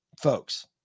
folks